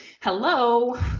hello